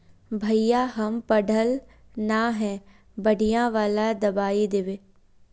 भैया हम पढ़ल न है बढ़िया वाला दबाइ देबे?